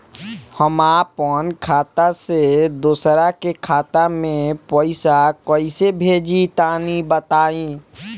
हम आपन खाता से दोसरा के खाता मे पईसा कइसे भेजि तनि बताईं?